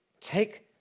take